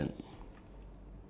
save money